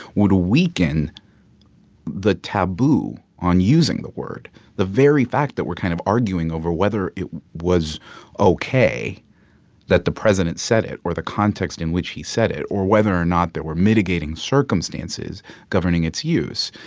would weaken the taboo on using the word the very fact that we're kind of arguing over whether it was ok that the president said it or the context in which he said it or whether or not there were mitigating circumstances governing its use